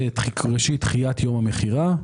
דחיית יום המכירה,